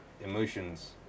emotions